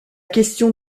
question